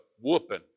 whooping